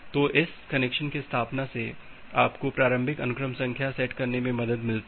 तो इस कनेक्शन की स्थापना से आपको प्रारंभिक अनुक्रम संख्या सेट करने में मदद मिलती है